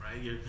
right